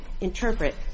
interpret